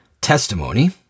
testimony